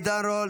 עידן רול,